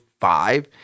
five